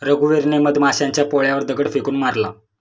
रघुवीरने मधमाशांच्या पोळ्यावर दगड फेकून मारला